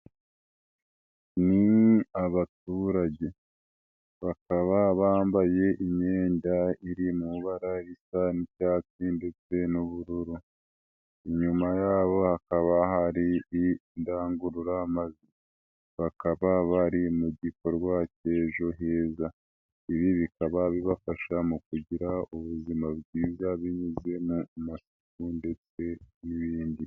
Ni abaturage bakaba bambaye imyenda iri mu bara risa n'icyatsi ndetse n'ubururu, inyuma yabo hakaba hari indangururamajwi, bakaba bari mu gikorwa cya ejo heza, ibi bikaba bibafasha mu kugira ubuzima bwiza binyuze mu matsinda ndetse n'ibindi.